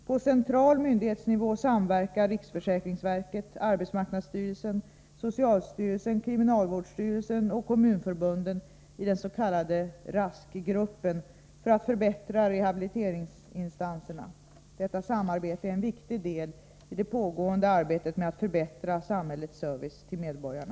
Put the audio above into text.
På central myndighetsnivå samverkar riksförsäkringsverket, arbetsmarknadsstyrelsen, socialstyrelsen, kriminalvårdsstyrelsen och kommunförbunden i den s.k. RASK-gruppen för att förbättra rehabiliteringsinsatserna. Detta samarbete är en viktig del i det pågående arbetet med att förbättra samhällets service till medborgarna.